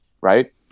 right